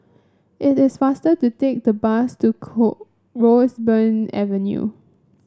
it is faster to take the bus to core Roseburn Avenue